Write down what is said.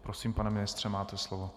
Prosím, pane ministře, máte slovo.